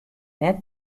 net